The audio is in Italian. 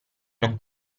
non